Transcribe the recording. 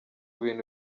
bintu